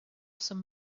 some